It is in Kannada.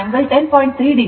48 angle 10